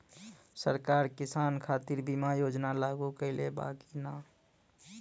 सरकार किसान खातिर बीमा योजना लागू कईले बा की ना?